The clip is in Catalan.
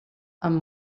amb